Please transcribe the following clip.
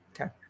Okay